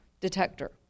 detector